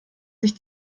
sich